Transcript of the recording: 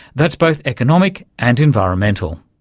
that's both economic and environmental.